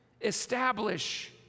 establish